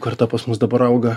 karta pas mus dabar auga